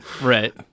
Right